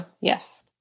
yes